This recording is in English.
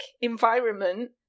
environment